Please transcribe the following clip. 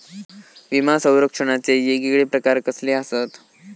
विमा सौरक्षणाचे येगयेगळे प्रकार कसले आसत?